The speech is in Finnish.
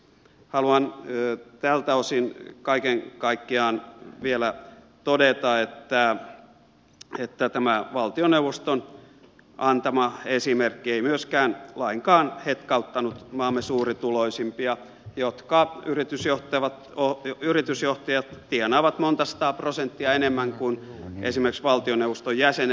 haluan tältä osin kaiken kaikkiaan vielä todeta että tämä valtioneuvoston antama esimerkki ei myöskään lainkaan hetkauttanut maamme suurituloisimpia jotka yritysjohtajat tienaavat monta sataa prosenttia enemmän kuin esimerkiksi valtioneuvoston jäsenet